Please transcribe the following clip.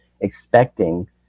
expecting